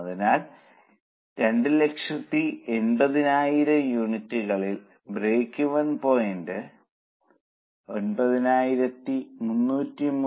അതിനാൽ 280000 യൂണിറ്റുകളിൽ break even point 9333